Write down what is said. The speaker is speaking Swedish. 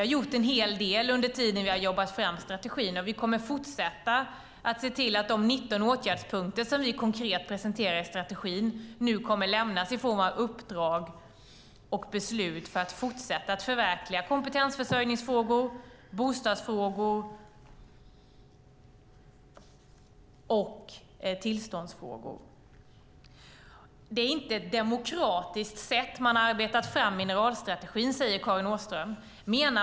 Vi har gjort en hel del under tiden vi har jobbat fram strategin, och vi kommer att fortsätta att se till att de 19 åtgärdspunkter som vi konkret presenterar i strategin nu kommer att lämnas i form av uppdrag och beslut för att fortsätta att förverkliga kompetensförsörjningsfrågor, bostadsfrågor och tillståndsfrågor. Det är inte ett demokratiskt sätt man har arbetat fram mineralstrategin på, säger Karin Åström.